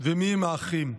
ומיהם האחים.